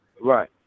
Right